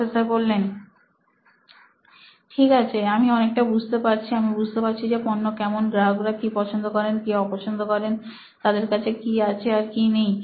professor ঠিক আছে আমি অনেকটা বুঝতে পারছি আমি বুঝতে পারছি যে পণ্য কেমন গ্রাহকরা কি পছন্দ করেন কি অপছন্দ করেন তাদের কাছে কি আছে আর কি নেই